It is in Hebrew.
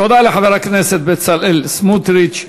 תודה לחבר הכנסת בצלאל סמוטריץ.